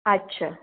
अच्छा